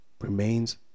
remains